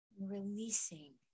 releasing